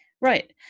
right